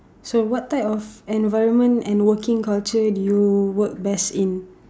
so what type of environment and working culture do you work best in